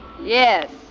Yes